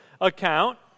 account